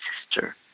sister